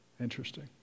Interesting